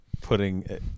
putting